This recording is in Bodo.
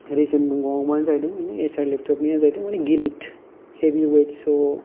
रिजोन बुंबावबा जाहैदों बेनो एसार लेपतप निया जाहैदों माने गिलित हेभि वैत स'